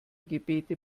gebete